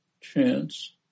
chance